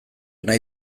nahi